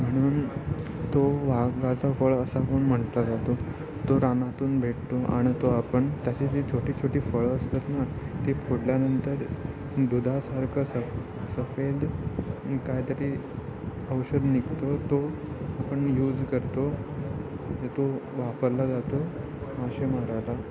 म्हणून तो वाघाचा फळ असा पण म्हटला जातो तो रानातून भेटतो आणि तो आपण त्याचे जी छोटी छोटी फळं असतात ना ती फोडल्यानंतर दुधासारखं सफ सफेद कायतरी औषध निघतो तो आपण यूज करतो तो वापरला जातो मासे मारायला